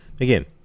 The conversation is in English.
Again